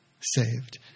saved